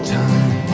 time